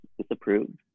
disapproved